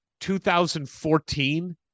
2014